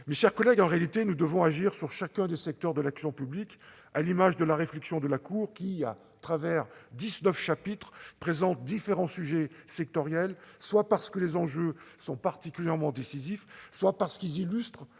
Mes chers collègues, en réalité, nous devons agir sur chacun des secteurs de l'action publique, à l'image de la réflexion de la Cour, qui, au travers de dix-neuf chapitres, aborde différents sujets sectoriels, soit parce que les enjeux sont particulièrement décisifs, soit parce qu'ils illustrent